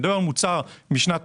מדבר על מוצר משנת